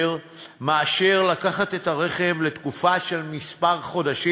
מאשר לקיחת הרכב לתקופה של מספר חודשים.